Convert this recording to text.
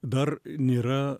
dar nėra